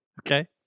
Okay